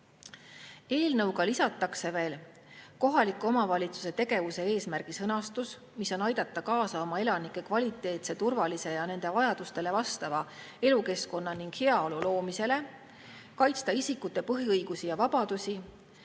Eelnõuga lisatakse veel kohaliku omavalitsuse tegevuse eesmärgi sõnastus: aidata kaasa oma elanike kvaliteetse, turvalise ja nende vajadustele vastava elukeskkonna ning heaolu loomisele, kaitsta isikute põhiõigusi ja vabadusi,